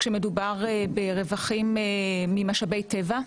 כשמדובר ברווחים ממשאבי טבע.